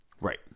Right